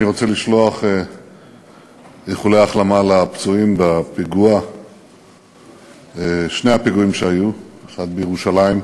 אני רוצה לשלוח איחולי החלמה לפצועים בשני הפיגועים שהיו: אחד בירושלים,